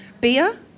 Beer